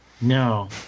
No